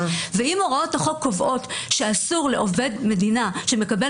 ואם הוראות החוק קובעות שאסור לעובד מדינה שמקבל